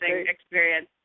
experience